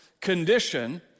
condition